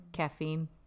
Caffeine